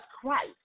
Christ